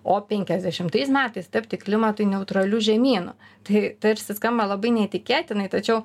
o penkiasdešimtais metais tapti klimatui neutraliu žemynu tai tarsi skamba labai neįtikėtinai tačiau